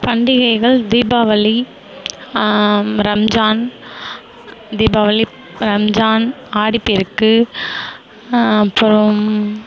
பண்டிகைகள் தீபாவளி ரம்ஜான் தீபாவளி ரம்ஜான் ஆடிப்பெருக்கு அப்புறம்